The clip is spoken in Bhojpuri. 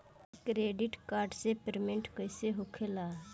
क्रेडिट कार्ड से पेमेंट कईसे होखेला?